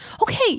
Okay